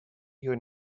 your